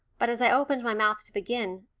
but as i opened my mouth to begin,